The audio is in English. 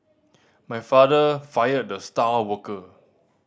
my father fired the star worker